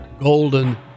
Golden